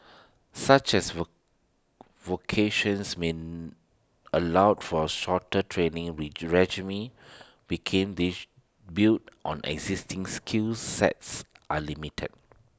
such as vocations mean allowed for A shorter training regime became this build on existing skill sets are limited